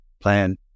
plan